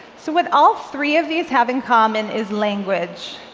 so what all three of these have in common is language.